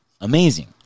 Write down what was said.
amazing